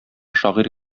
шагыйрь